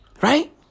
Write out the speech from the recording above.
Right